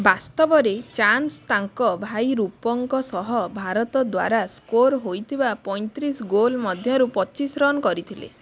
ବାସ୍ତବରେ ଚାନ୍ସ ତାଙ୍କ ଭାଇ ରୂପଙ୍କ ସହ ଭାରତ ଦ୍ୱାରା ସ୍କୋର ହୋଇଥିବା ପଇଁତିରିଶ ଗୋଲ୍ ମଧ୍ୟରୁ ପଚିଶି ରନ୍ କରିଥିଲେ